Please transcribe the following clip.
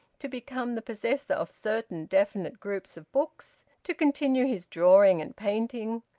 to become the possessor of certain definite groups of books, to continue his drawing and painting,